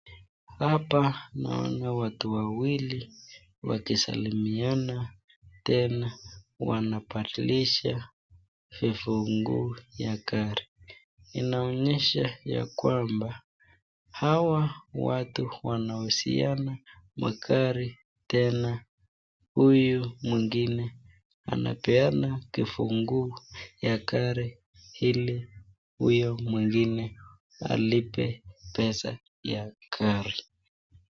Hapa naona watu wawili wakisalimiana tena wanapandilisha vifunguo ya gari inaonyesha ya kwamba hawa watu wanauziana magari tena huyu mwingine anapeana kifunguo ya gari hili huyo mwingine alike pesa ya gari.